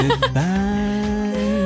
goodbye